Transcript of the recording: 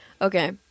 Okay